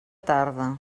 tarda